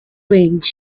range